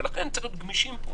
לכן צריכה להיות גמישות.